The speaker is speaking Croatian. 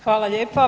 Hvala lijepa.